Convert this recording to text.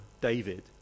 David